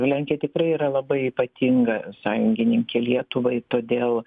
nu lenkija tikrai yra labai ypatinga sąjungininkė lietuvai todėl